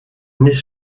années